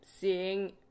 seeing